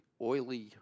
oily